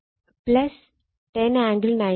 10 angle 90 degree 10 angle 0 degree